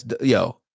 yo